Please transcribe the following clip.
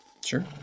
Sure